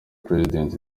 president